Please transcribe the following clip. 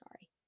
sorry